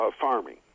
farming